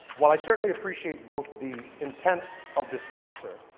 while i certainly appreciate both the intent of the sponsor,